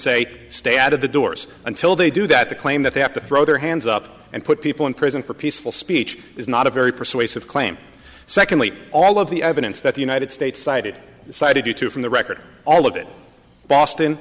say stay out of the doors until they do that the claim that they have to throw their hands up and put people in prison for peaceful speech is not a very persuasive claim secondly all of the evidence that the united states cited cited you to from the record all of it boston